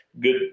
Good